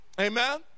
Amen